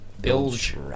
Bilge